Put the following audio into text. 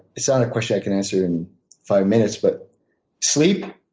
it's not a question i can answer in five minutes but sleep,